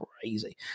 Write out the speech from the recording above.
crazy